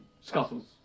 Scuffles